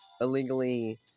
illegally